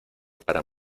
para